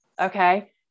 Okay